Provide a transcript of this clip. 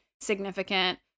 significant